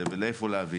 זה לאיפה להביא.